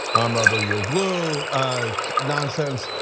i'm rubber, you're a glue nonsense.